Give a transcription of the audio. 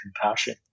compassion